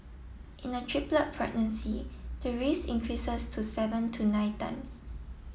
in a triplet pregnancy the risk increases to seven to nine times